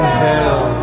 hell